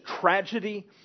tragedy